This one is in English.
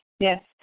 Yes